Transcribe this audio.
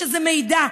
שזאת מעידה.